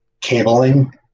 cabling